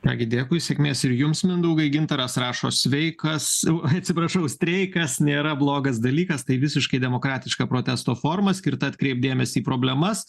ką gi dėkui sėkmės ir jums mindaugai gintaras rašo sveikas atsiprašau streikas nėra blogas dalykas tai visiškai demokratiška protesto forma skirta atkreipt dėmesį į problemas